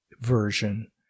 version